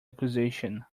acquisition